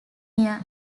year